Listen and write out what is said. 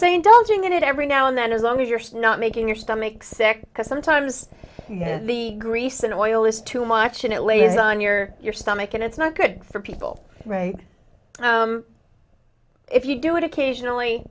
in it every now and then as long as you're not making your stomach sick because sometimes the grease in oil is too much and it lays on your your stomach and it's not good for people right if you do it occasionally